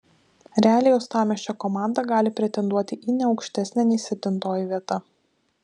realiai uostamiesčio komanda gali pretenduoti į ne aukštesnę nei septintoji vieta